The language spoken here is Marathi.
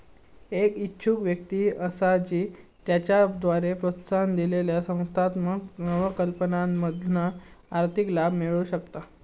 एक इच्छुक व्यक्ती असा जी त्याच्याद्वारे प्रोत्साहन दिलेल्या संस्थात्मक नवकल्पनांमधना आर्थिक लाभ मिळवु शकता